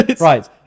Right